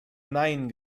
nein